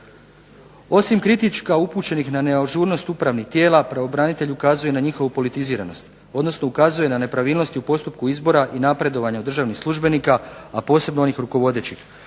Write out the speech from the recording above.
Osim kritika upućenih na neažurnost upravnih tijela pravobranitelj ukazuje na njihovu politiziranost odnosno ukazuje na nepravilnosti u postupku izbora i napredovanja državnih službenika, a posebno onih rukovodećih.